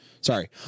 Sorry